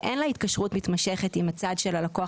שאין לה התקשרות מתמשכת עם הצד של הלקוח,